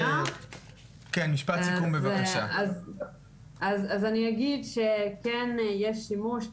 אז אני אגיד שכן יש שימוש,